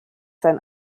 sein